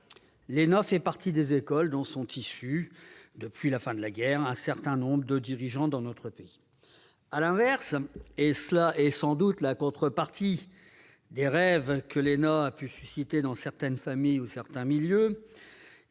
l'ENA fait partie des écoles dont sont issus, depuis la fin de la guerre, un certain nombre de dirigeants de notre pays. À l'inverse- et c'est sans doute la contrepartie des rêves que l'ENA a pu susciter dans certaines familles ou certains milieux